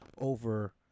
over